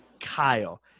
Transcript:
kyle